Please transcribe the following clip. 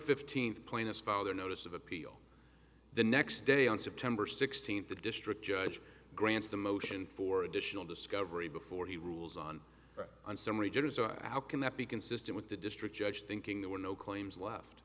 fifteenth point if father notice of appeal the next day on september sixteenth the district judge grants the motion for additional discovery before he rules on on summary jurors are now can that be consistent with the district judge thinking there were no claims left